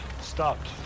stopped